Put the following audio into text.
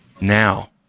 Now